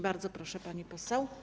Bardzo proszę, pani poseł.